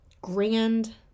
grand